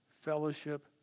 fellowship